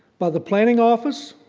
by the planning office,